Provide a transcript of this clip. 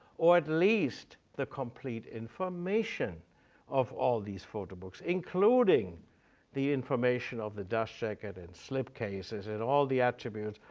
or at least the complete information of all these photo books, including the information of the dust jacket and slipcases and all the attributes,